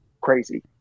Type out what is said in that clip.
crazy